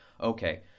okay